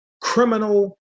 criminal